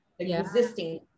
existing